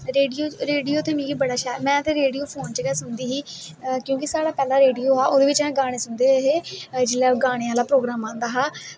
radio ते मिगी बड़ा शैल में ते रेड़ियो फोन च गै सुनदी ही क्योंकि साढ़ै पैह्लैं रेडियो हा ओह्दै बिच्च अस गाने सुनदे हे जिसलै ओह् गाने आह्ला प्रोग्राम आंदा हा